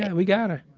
and we got her.